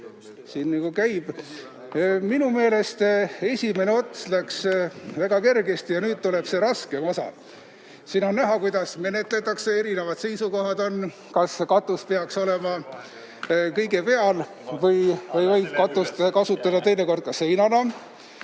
appi. Minu meelest esimene ots läks väga kergesti, nüüd tuleb see raskem osa. Siin on näha, kuidas menetletakse, erinevad seisukohad on, kas katus peaks olema kõige peal või võib katust kasutada teinekord ka seinana